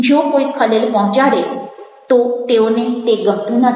જો કોઇ ખલેલ પહોંચાડે તો તેઓને તે ગમતું નથી